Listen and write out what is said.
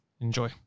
enjoy